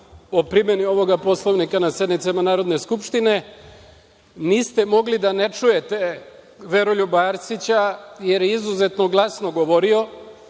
o primeni ovog Poslovnika na sednicama Narodne skupštine. Niste mogli da ne čujete Veroljuba Arsića, jer je izuzetno glasno govorio.